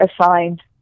assigned